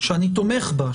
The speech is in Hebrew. שאני תומך בה,